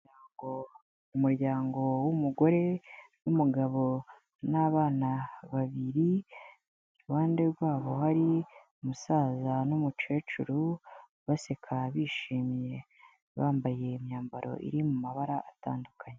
Umuryango, umuryango w'umugore n'umugabo n'abana babiri, iruhande rwabo hari umusaza n'umukecuru baseka bishimye, bambaye imyambaro iri mu mabara atandukanye.